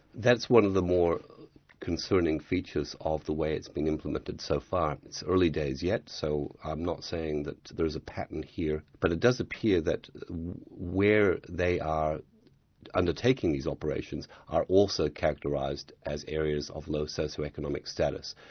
that's one of the more concerning features of the way it's been implemented so far. it's early days yet so i'm not saying that there is a pattern here, but it does appear that where they are undertaking these operations, are also characterised as areas of low socioeconomic status.